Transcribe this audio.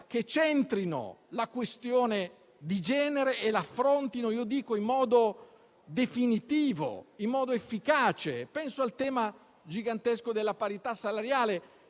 che centrino la questione di genere e la affrontino in modo definitivo e efficace. Penso al tema gigantesco della parità salariale